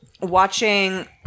watching